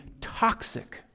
toxic